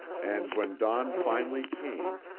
and when dawn finally came,